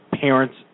parent's